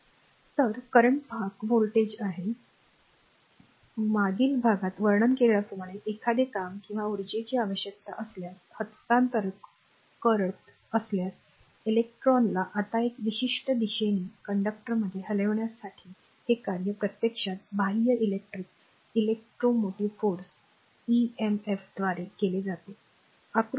तर करंट भाग व्होल्टेज आहेवेळ पहा 2743मागील भागात वर्णन केल्याप्रमाणे एखादे काम किंवा उर्जेची आवश्यकता असल्यास हस्तांतरण करत असल्यास इलेक्ट्रॉनला आता एका विशिष्ट दिशेने कंडक्टरमध्ये हलविण्यासाठी हे कार्य प्रत्यक्षात बाह्य इलेक्ट्रिक इलेक्ट्रो मोटिव्ह फोर्स इएमएफद्वारे केले जाते आकृती १